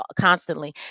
constantly